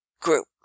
group